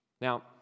Now